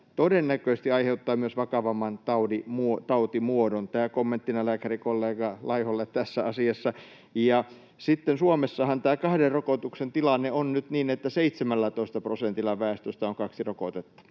todennäköisesti aiheuttaa myös vakavamman tautimuodon. Tämä kommenttina lääkärikollega Laiholle tässä asiassa. Ja Suomessahan tämä kahden rokotuksen tilanne on nyt niin, että 17 prosentilla väestöstä on kaksi rokotetta,